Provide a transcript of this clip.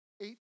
eight